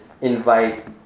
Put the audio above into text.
invite